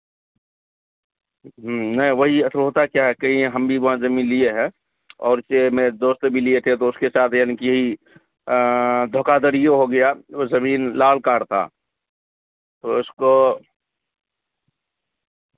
نہیں وہی اٹھو ہوتا کیا ہے کہیں ہم بھی وہاں زمین لیے ہیں اور اس لٮٔے میں دوست بھی لیے تھے دوست کے ساتھ یعنی کہ یہی دھوکہ دڑیوں ہو گیا وہ زمین لال کار تھا تو اس کو